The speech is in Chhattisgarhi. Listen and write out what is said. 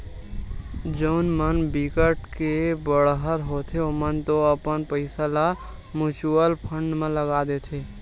जउन मन बिकट के बड़हर होथे ओमन तो अपन पइसा ल म्युचुअल फंड म लगा देथे